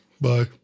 Bye